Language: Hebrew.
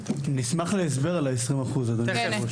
נשמח להסבר על העשרים אחוז אדוני היושב ראש.